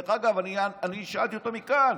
דרך אגב, אני שאלתי אותו מכאן,